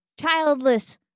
childless